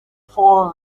for